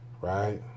right